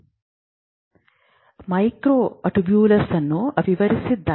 transmitter ಮೈಕ್ರೊಟ್ಯೂಬ್ಯೂಲ್ಗಳಂತಿದೆ